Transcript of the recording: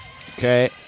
Okay